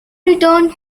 returned